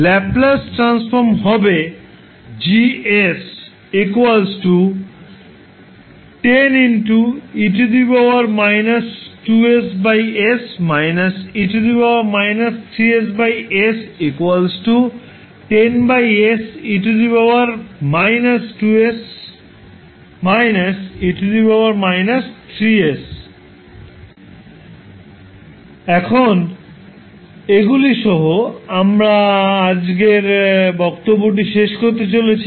Laplace transform হবে 𝐺𝑠 10 𝑒−2𝑠𝑠−𝑒−3𝑠𝑠 10𝑒−2𝑠 − 𝑒−3𝑠s এখন এগুলি সহ আমরা আজকের বক্তব্যটি শেষ করতে চলেছি